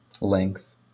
length